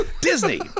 Disney